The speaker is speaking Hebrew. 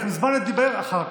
יהיה לכם זמן לדבר אחר כך.